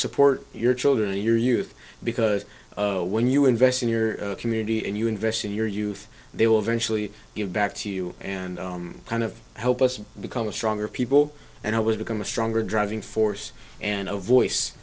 support your children in your youth because when you invest in your community and you invest in your youth they will eventually give back to you and kind of help us become a stronger people and i would become a stronger driving force and a voice